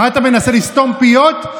מה אתה מנסה לסתום פיות?